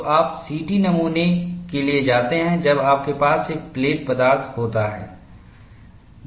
तो आप सीटी नमूने के लिए जाते हैं जब आपके पास एक प्लेट पदार्थ होता है